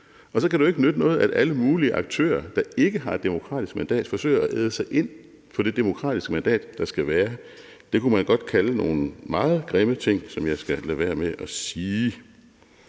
Og så kan det jo ikke nytte noget, at alle mulige aktører, der ikke har et demokratisk mandat forsøger at æde sig ind på det demokratiske mandat, der skal være. Det kunne man godt kalde nogle meget grimme ting, som jeg skal lade være med at sige.